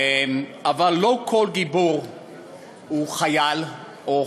אבל לא כל גיבור הוא חייל או חיילת.